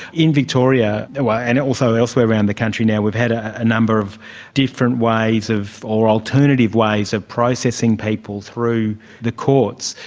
in victoria and also elsewhere around the country now we've had a number of different ways or alternative ways of processing people through the courts.